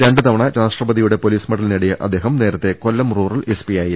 രണ്ട് തവണ രാഷ്ട്രപ്പതിയുടെ പൊലീസ് മെഡൽ നേടിയ അദ്ദേഹം നേരത്തെ കൊല്ലം റൂറൽ എസ്പിയായിരുന്നു